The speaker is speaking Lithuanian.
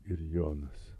ir jonas